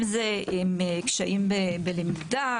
אם זה עם קשיים בלמידה,